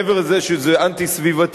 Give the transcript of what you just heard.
מעבר לזה שזה אנטי-סביבתי,